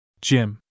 Jim